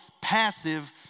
passive